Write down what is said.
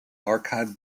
archive